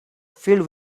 filled